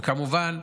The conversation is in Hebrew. וכמובן,